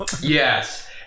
Yes